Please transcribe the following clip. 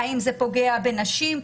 אולי נשים,